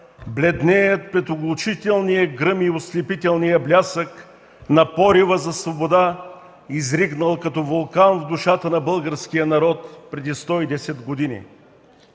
бледнеят пред оглушителния гръм и ослепителния блясък на порива за свобода, изригнал като вулкан в душата на българския народ преди 110 години.